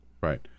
Right